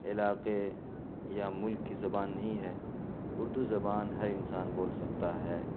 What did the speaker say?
علاقے یا ملک کی زبان نہیں ہے اردو زبان ہر انسان بول سکتا ہے